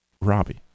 Robbie